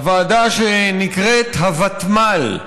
הוועדה שנקראת הוותמ"ל.